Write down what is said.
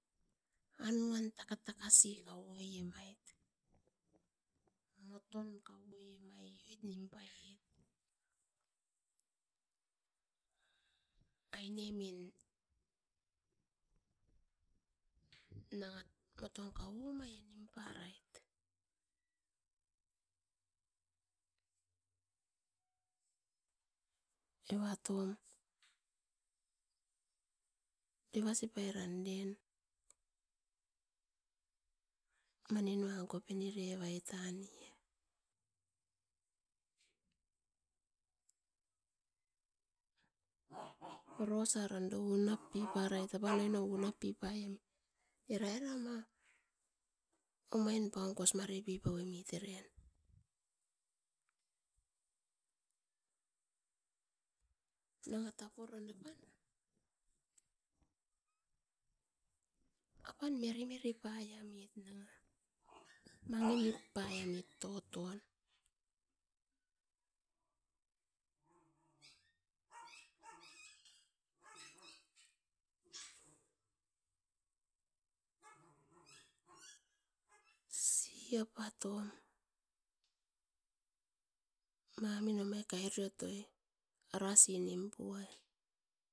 Anuan taka si kau noi emait, moton kau oie mait oit paiet. Aine min nanga moton kau omain nimparaiet, eva top deva sipai ran den mani nua kopi ni revai tan ia. Oros san unap parait era apan oinom unap pipai amit era. Era ma omain paun kos mare pipau emit eren nanga tapo ron apan, apan miri miri pai amit nanga; mangi nip pai amit toton, siapa tom mamui no mai kai rue toi arasi nim puai.